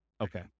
Okay